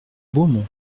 beaumont